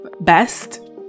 best